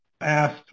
asked